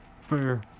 Fair